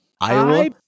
iowa